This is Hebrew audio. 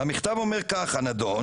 המכתב אומר כך: "הנדון